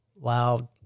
loud